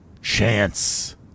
chance